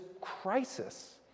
crisis